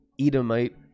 Edomite